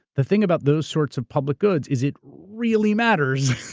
the thing about those sorts of public goods is it really matters.